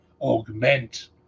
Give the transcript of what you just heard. augment